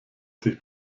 sich